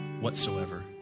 whatsoever